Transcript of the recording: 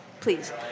Please